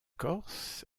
corse